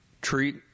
Treat